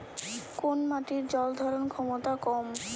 কোন মাটির জল ধারণ ক্ষমতা কম?